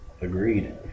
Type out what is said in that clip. Agreed